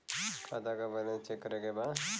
खाता का balance check करे के बा?